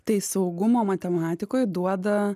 tai saugumo matematikoj duoda